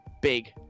big